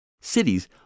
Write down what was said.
Cities